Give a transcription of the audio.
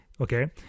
Okay